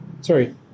sorry